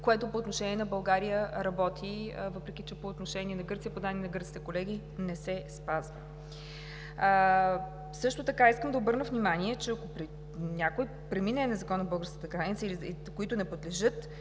което по отношение на България работи, въпреки че по отношение на Гърция, по данни на гръцките колеги, не се спазва. Също така искам да обърна внимание, че ако някой премине незаконно българската граница или които не подлежат